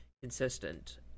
consistent